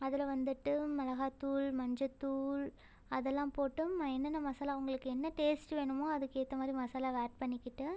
அதில் வந்துட்டு மிளகாய் தூள் மஞ்சள்தூள் அதெல்லாம் போட்டு என்னன்ன மசாலா உங்களுக்கு என்ன டேஸ்ட் வேணுமோ அதுக்கு ஏற்ற மாதிரி மசாலாவை ஆட் பண்ணிக்கிட்டு